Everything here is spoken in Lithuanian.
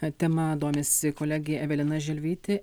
tema domėsi kolegė evelina želvytė